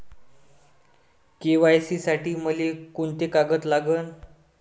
KYC साठी मले कोंते कागद लागन?